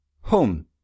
Home